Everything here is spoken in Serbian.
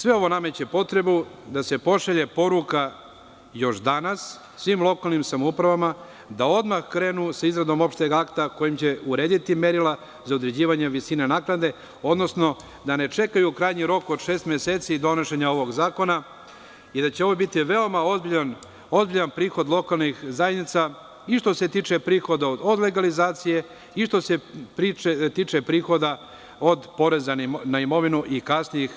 Sve ovo nameće potrebu da se pošalje poruka još danas svim lokalnim samoupravama da odmah krenu sa izradom opšteg akta kojim će urediti merila za određivanje visine naknade, odnosno da ne čekaju krajnji rok od šest meseci i donošenje ovog zakona i da će ovo biti veoma ozbiljan prihod lokalnih zajednica, i što se tiče prihoda od legalizacije i što se tiče prihoda od poreza na imovinu i kasnijih